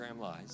lies